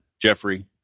Jeffrey